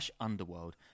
Underworld